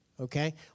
Okay